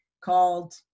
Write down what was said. called